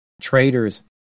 traitors